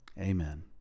Amen